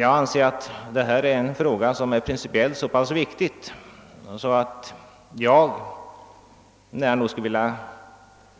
Jag anser att detta är en principiellt så pass viktig fråga, att jag skulle vilja